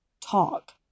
talk